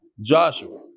Joshua